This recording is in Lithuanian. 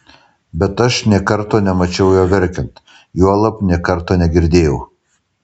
bet aš nė karto nemačiau jo verkiant juolab nė karto negirdėjau